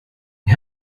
you